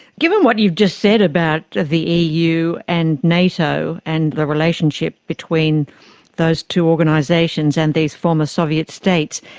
given what you've just said about the eu and nato and the relationship between those two organisations and these former soviet states,